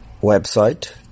website